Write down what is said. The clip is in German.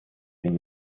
sind